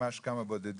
ממש כמה בודדים,